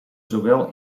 zowel